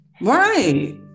Right